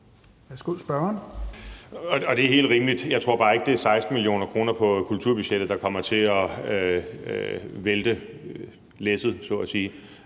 Messerschmidt (DF): Det er helt rimeligt. Jeg tror bare ikke, det er 16 mio. kr. på kulturbudgettet, der kommer til at vælte læsset så at sige.